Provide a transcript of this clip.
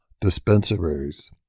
dispensaries